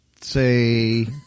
say